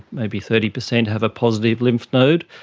maybe thirty percent have a positive lymph node,